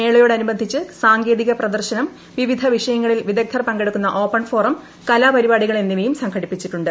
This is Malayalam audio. മേളയോട് അനുബന്ധിച്ച് സാങ്കേതിക പ്രദർശനം വിവിധ വിഷയങ്ങളിൽ വിദഗ്ധർ പങ്കെടുക്കുന്ന ഓപ്പൺ ഫോറം കലാപരിപാടികൾ എന്നിവയും സംഘടിപ്പിച്ചിട്ടിട്ടുണ്ട്